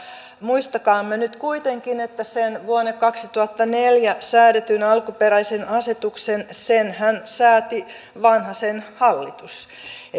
muistakaamme nyt kuitenkin että sen vuonna kaksituhattaneljä säädetyn alkuperäisen asetuksenhan sääti vanhasen hallitus että